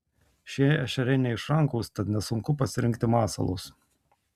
šie ešeriai neišrankūs tad nesunku pasirinkti masalus